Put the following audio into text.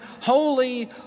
Holy